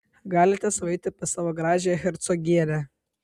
galite sau eiti pas savo gražiąją hercogienę